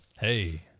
Hey